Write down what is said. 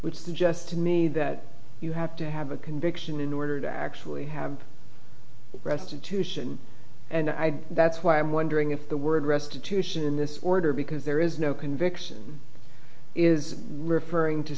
suggests to me that you have to have a conviction in order to actually have restitution and i that's why i'm wondering if the word restitution in this order because there is no conviction is referring to